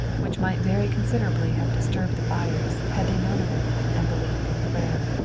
which might very considerably have disturbed the buyers had they known of it and believed in prayer.